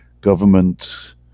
government